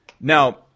Now